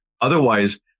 Otherwise